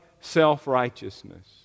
self-righteousness